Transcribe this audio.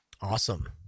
Awesome